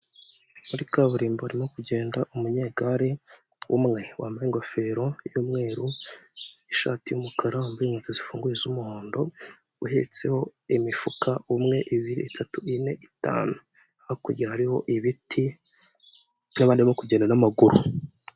Muri kaburimbo harimo kugenda umunyegare umwe, wambaye ingofero y'umweru, ishati y'umukara, yambaye inkweto zifunguye z'umuhondo, uhetseho imifuka umwe, ibiri, itatu, ine, itanu. Hakurya hariho ibiti n'abandi barimo kugenda n'amaguru.